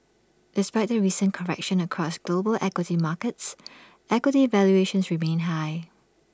despite the recent correction across global equity markets equity valuations remain high